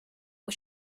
was